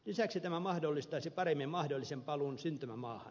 lisäksi tämä mahdollistaisi paremmin mahdollisen paluun syntymämaahan